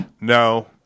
No